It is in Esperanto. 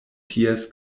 ties